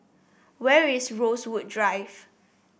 where is Rosewood Drive